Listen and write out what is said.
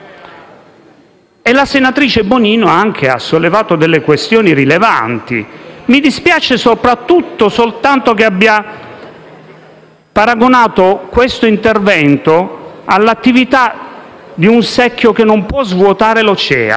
la senatrice Bonino ha sollevato delle questioni rilevanti. Mi dispiace soprattutto che abbia paragonato questo intervento all'attività di un secchio che non può svuotare l'oceano.